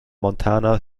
montana